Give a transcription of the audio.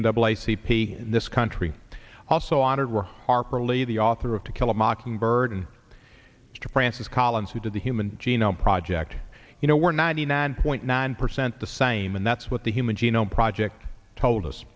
sepi in this country also honored were harper lee the author of to kill a mockingbird to francis collins who did the human genome project you know we're ninety nine point nine percent the same and that's what the human genome project told us